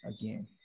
again